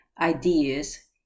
ideas